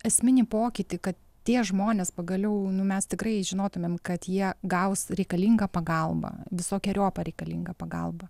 esminį pokytį kad tie žmonės pagaliau nu mes tikrai žinotumėm kad jie gaus reikalingą pagalbą visokeriopą reikalingą pagalbą